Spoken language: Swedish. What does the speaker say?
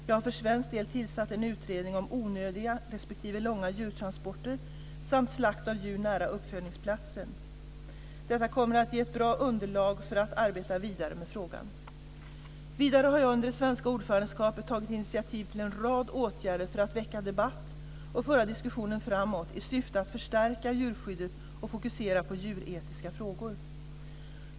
Jag har för svensk del tillsatt en utredning om onödiga respektive långa djurtransporter samt slakt av djur nära uppfödningsplatsen. Detta kommer att ge ett bra underlag för att arbeta vidare med frågan. Vidare har jag under det svenska ordförandeskapet tagit initiativ till en rad åtgärder för att väcka debatt och föra diskussionen framåt i syfte att förstärka djurskyddet och fokusera djuretiska frågor.